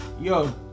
Yo